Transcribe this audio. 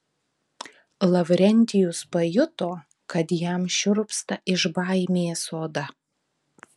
lavrentijus pajuto kad jam šiurpsta iš baimės oda